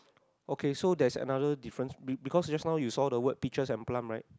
okay so there's another difference be~ because just now you saw the word pictures and plum right